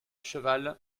cheval